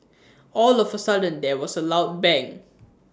all of A sudden there was A loud bang